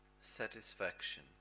satisfaction